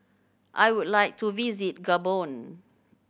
I would like to visit Gabon